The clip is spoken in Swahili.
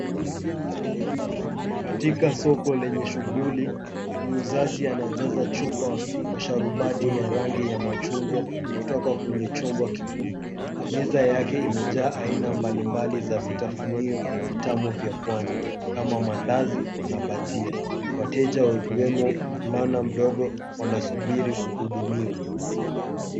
Katika soko lenye shughuli, muuzaji anajaza chupa kwa sharubati ya rangi ya machungwa kutoka kwenye chombo kikubwa. Meza yake imejaa aina mbalimbali za vitafunio vitamu vya pwani kama maandazi na bajia. Wateja, wakiwemo mvulana mdogo, wanasubiri kuhudumiwa.